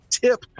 Tip